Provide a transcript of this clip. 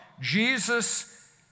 Jesus